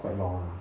quite long ah